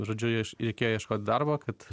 žodžiu aš reikėjo ieškot darbo kad